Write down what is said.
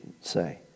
say